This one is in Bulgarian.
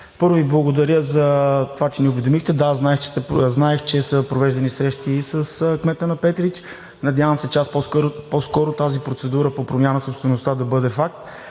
първо, благодаря Ви за това, че ни уведомихте. Да, знаех, че са провеждани срещи и с кмета на Петрич. Надявам се час по-скоро тази процедура по промяна на собствеността да бъде факт.